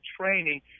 training